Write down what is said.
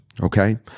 okay